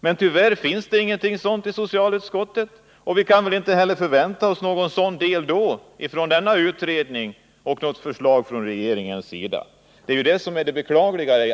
Men tyvärr finns det ingen sådan skrivning i socialutskottets betänkande, och vi kan väl då inte förvänta oss någon sådan från utredningen och inte heller frågor m.m. på något motsvarande förslag från regeringens sida. Det är beklagligt.